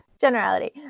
generality